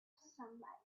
sunlight